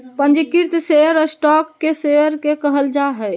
पंजीकृत share stock के share के कहल जा हइ